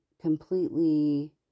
completely